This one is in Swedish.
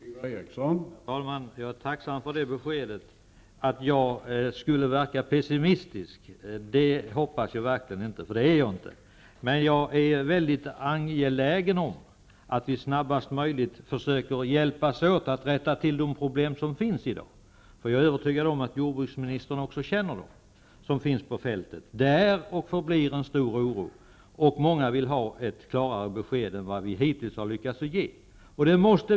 Herr talman! Jag är tacksam för beskedet. Jag hoppas verkligen inte att jag verkar pessimistisk, för det är jag inte. Jag är emellertid väldigt angelägen om att vi så snabbt som möjligt försöker hjälpas åt att rätta till de problem som i dag finns och som jag är övertygad om att också jordbruksministern känner. Detta är och förblir en stor oro, och många vill ha ett klarare besked än vad vi hittills har lyckats ge.